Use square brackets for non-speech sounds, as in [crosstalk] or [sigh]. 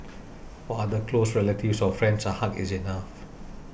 [noise] for other close relatives or friends a hug is enough